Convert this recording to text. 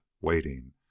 waiting